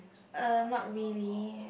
uh not really